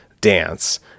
dance